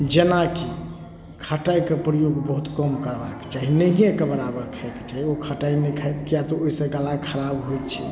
जेनाकि खटाइके प्रयोग बहुत कम करबाके चाही नहिएके बराबर खाइके चाही ओ खटाइ नहि खाइथि किएक तऽ ओहिसँ गला खराब होइ छै